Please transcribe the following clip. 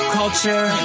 culture